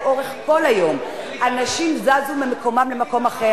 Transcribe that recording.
לא, אני לא נתתי לך את הרשות.